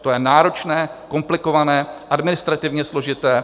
To je náročné, komplikované, administrativně složité.